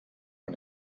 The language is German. von